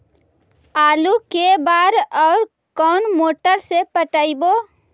आलू के बार और कोन मोटर से पटइबै?